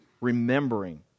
remembering